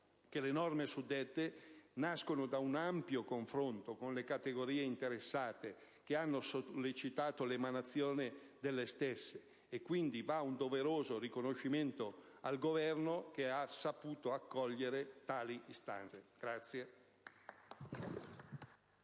che le norme in esame nascono da un ampio confronto con le categorie interessate, che ne hanno sollecitato l'adozione. Va quindi un doveroso riconoscimento al Governo, che ha saputo accogliere tali istanze.